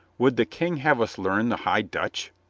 would the king have us learn the high dutch